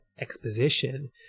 exposition